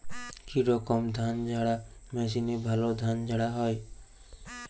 কি রকম ধানঝাড়া মেশিনে ভালো ধান ঝাড়া হয়?